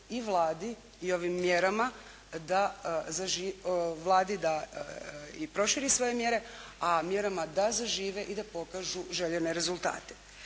Vladi da i proširi svoje mjere, a mjerama da zažive i da pokažu željene rezultate.